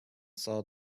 saw